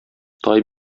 тай